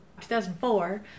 2004